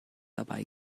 dabei